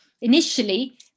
initially